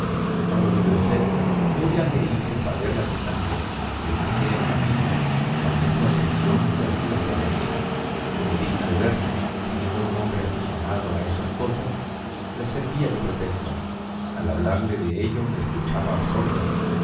no lo dude usted yo ya le hice saber la distancia le indiqué el camino llamé su atención hacia la iglesia de aquí como digna de verse y siendo un hombre aficionado a esas cosas le servía de pretexto al hablarle ie ello me escuchaba absorto